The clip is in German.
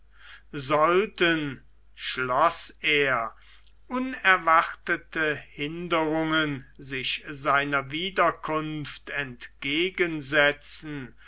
sollten schloß er unerwartete hinderungen sich seiner wiederkunft entgegensetzen